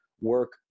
work